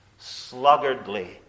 sluggardly